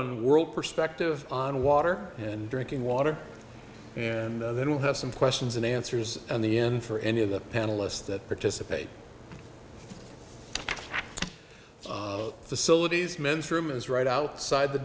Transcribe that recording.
on world perspective on water and drinking water and then we'll have some questions and answers and the end for any of the panelists that participate facilities men's room is right outside the